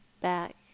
back